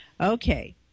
Okay